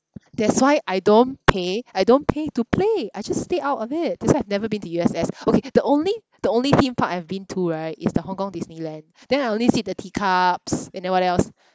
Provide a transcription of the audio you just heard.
that's why I don't pay I don't pay to play I just stay out of it that's why I've never been to U_S_S okay the only the only theme park I've been to right is the Hong Kong disneyland then I only sit the teacups and then what else